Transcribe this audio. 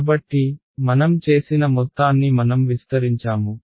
కాబట్టి మనం చేసిన మొత్తాన్ని మనం విస్తరించాము